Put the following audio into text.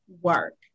work